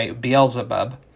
Beelzebub